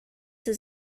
his